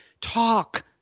talk